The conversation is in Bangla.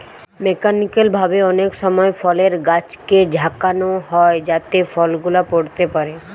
মেকানিক্যাল ভাবে অনেক সময় ফলের গাছকে ঝাঁকানো হয় যাতে ফল গুলা পড়তে পারে